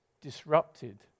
disrupted